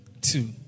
Two